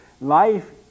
Life